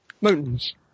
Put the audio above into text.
mountains